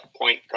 point